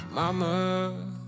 Mama